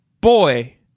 Boy